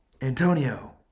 Antonio